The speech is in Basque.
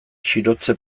txirotze